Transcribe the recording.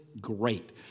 great